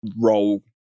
roll